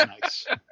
Nice